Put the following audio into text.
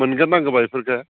मोनगोन नांगौब्ला बेफोरखो